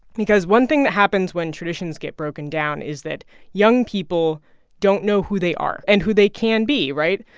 because one thing that happens when traditions get broken down is that young people don't know who they are and who they can be, right?